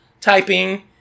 typing